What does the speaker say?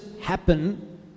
happen